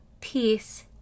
peace